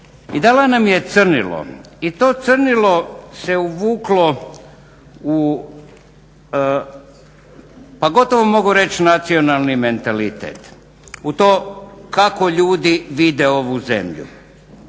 i dala nam je crnilo. I to crnilo se uvuklo pa gotovo mogu reći nacionalni mentalitet u to kako ljudi vide ovu zemlju.